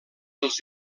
els